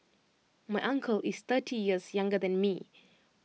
my uncle is thirty years younger than me